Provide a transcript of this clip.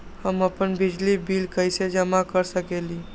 हम अपन बिजली बिल कैसे जमा कर सकेली?